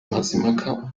mazimpaka